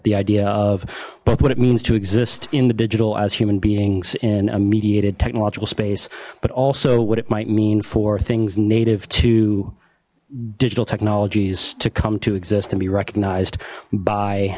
the idea of both what it means to exist in the digital as human beings in a mediated technological space but also what it might mean for things native to digital technologies to come to exist and be recognized by